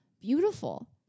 beautiful